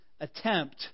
attempt